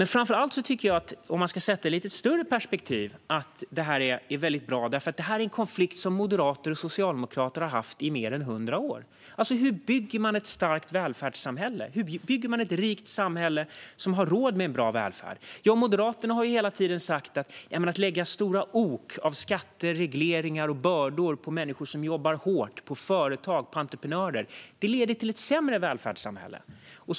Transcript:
Men framför allt tycker jag, om man ska sätta det i ett lite större perspektiv, att det är väldigt bra eftersom detta är en konflikt som moderater och socialdemokrater har haft i mer än 100 år. Det handlar om: Hur bygger man ett starkt välfärdssamhälle? Hur bygger man ett rikt samhälle som har råd med en bra välfärd? Jag och Moderaterna har hela tiden sagt att om man lägger stora ok av skatter och regleringar på människor som jobbar hårt, på företag och på entreprenörer leder det till ett sämre välfärdssamhälle.